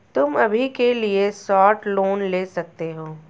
तुम अभी के लिए शॉर्ट लोन ले सकते हो